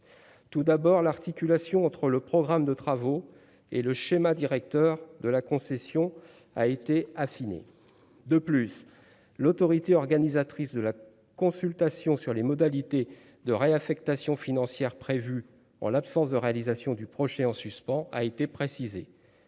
tout d'abord, l'articulation entre le programme de travaux et le schéma directeur de la concession a été affinée de plus, l'autorité organisatrice de la consultation sur les modalités de réaffectations financières prévues en l'absence de réalisation du projet en suspens, a été précisée,